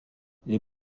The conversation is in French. les